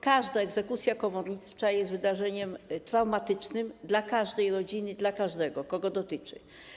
Każda egzekucja komornicza jest wydarzeniem traumatycznym dla każdej rodziny, dla każdego, kogo dotyczy.